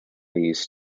use